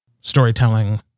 storytelling